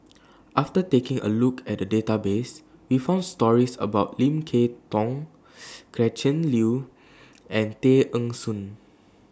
after taking A Look At The Database We found stories about Lim Kay Tong Gretchen Liu and Tay Eng Soon